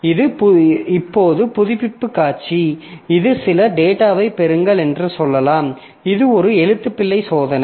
இது இப்போது புதுப்பிப்பு காட்சி இது சில டேட்டாவைப் பெறுங்கள் என்று சொல்லலாம் இது ஒரு எழுத்துப்பிழை சோதனை